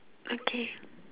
okay